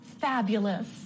fabulous